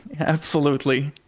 absolutely,